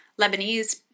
Lebanese